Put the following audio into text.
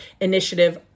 initiative